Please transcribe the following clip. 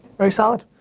very solid.